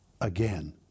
again